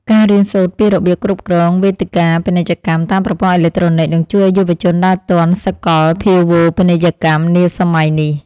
ការរៀនសូត្រពីរបៀបគ្រប់គ្រងវេទិកាពាណិជ្ជកម្មតាមប្រព័ន្ធអេឡិចត្រូនិចនឹងជួយឱ្យយុវជនដើរទាន់សកលភាវូបនីយកម្មនាសម័យនេះ។